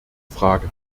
frage